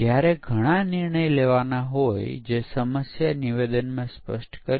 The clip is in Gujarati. પરંતુ તે પછી શા માટે આપણે 85 ટકાથી વધુ ભૂલને દૂર કરવામાં સમર્થ નથી